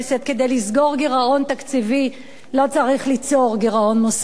כדי לסגור גירעון תקציבי לא צריך ליצור גירעון מוסרי.